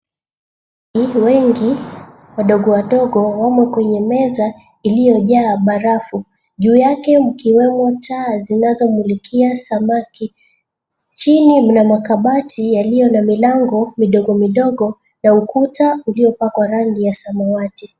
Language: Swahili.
Wadudu wengi wadodo wadogo wamo kwenye meza iliyojaa barafu juu yake mkiwemo taa zinazo mulikia samaki. Chini mna makabati yaliyo na milango midogo midogo na ukuta uliopakwa rangi ya samawati.